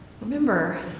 Remember